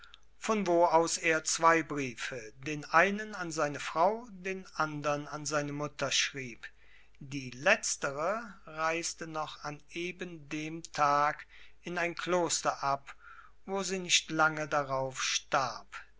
von wo aus zwei briefe den einen an seine frau den andern an seine schwiegermutter schrieb die letztere reiste noch an eben dem tag in ein kloster ab wo sie nicht lange darauf starb